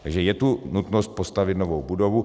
Takže je tu nutnost postavit novou budovu.